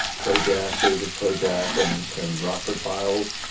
kojak, days of kojak and and rockford files.